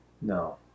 No